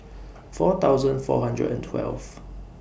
four thousand four hundred and twelve